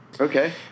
Okay